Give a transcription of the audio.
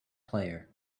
player